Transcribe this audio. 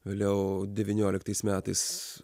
vėliau devynioliktais metais